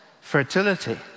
fertility